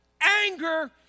anger